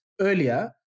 earlier